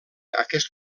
aquest